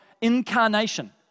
incarnation